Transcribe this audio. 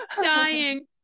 dying